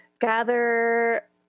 gather